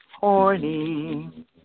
horny